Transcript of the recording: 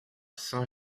saint